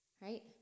Right